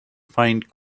find